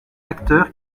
acteurs